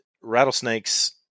rattlesnakes